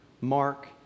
Mark